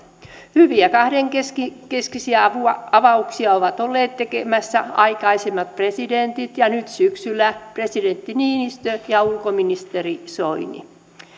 hyviä kahdenkeskisiä avauksia ovat olleet tekemässä aikaisemmat presidentit ja nyt syksyllä presidentti niinistö ja ulkoministeri soini